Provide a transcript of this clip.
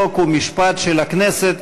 חוק ומשפט של הכנסת.